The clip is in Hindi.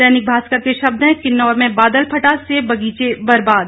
दैनिक भास्कर के शब्द हैं किन्नौर में बादल फटा सेब बगीचे बर्बाद